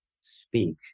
speak